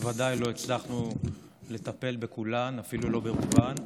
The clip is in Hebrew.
בוודאי לא הצלחנו לטפל בכולן, אפילו לא ברובן.